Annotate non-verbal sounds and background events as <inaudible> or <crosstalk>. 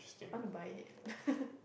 want to buy it <laughs>